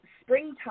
springtime